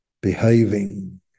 behaving